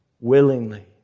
willingly